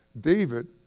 david